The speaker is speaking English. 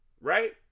right